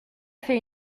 fait